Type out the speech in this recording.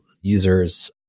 users